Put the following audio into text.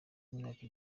imyaka